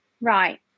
right